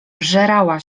wżerała